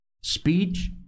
Speech